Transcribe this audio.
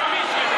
אני אומר,